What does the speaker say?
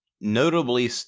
notably